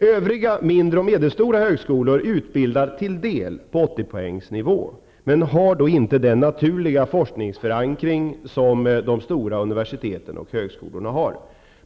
Övriga mindre och medelstora högskolor utbildar till en del på åttiopoängsnivå, men har då inte den naturliga forskningsförankring som de stora universiteten och högskolorna har.